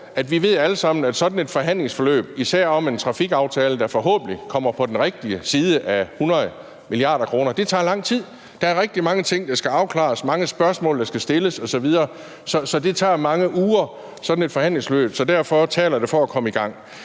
ved vi alle sammen – at sådan et forhandlingsforløb, især om en trafikaftale, der forhåbentlig lander på den rigtige side af 100 mia. kr., tager lang tid. Der er rigtig mange ting, der skal afklares, mange spørgsmål, der skal stilles, osv., så sådan et forhandlingsforløb tager mange uger. Det taler for at komme i gang.